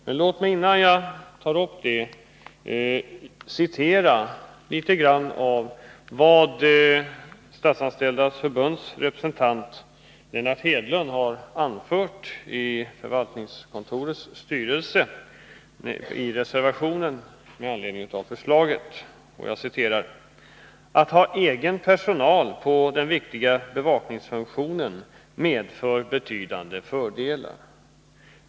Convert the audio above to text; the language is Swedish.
Men låt mig, innan jag går närmare in på det, citera litet grand av vad Statsanställdas förbunds representant Lennart Hedlund har anfört i förvaltningsstyrelsen i en reservation med anledning av förslaget: ”Att ha egen personal på den viktiga bevakningsfunktionen medför betydande fördelar.